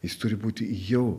jis turi būti jau